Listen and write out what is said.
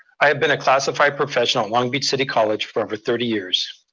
i have been a classified professional at long beach city college for over thirty years.